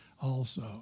also